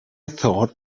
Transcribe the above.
thought